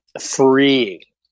free